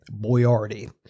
Boyardi